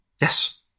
Yes